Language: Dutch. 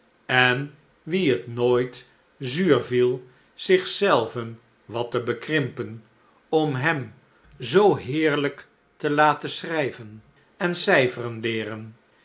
en wie het nooit zuur viel zich zelven wat te bekrimpen om hem zoo heerlijk te laten schrijven en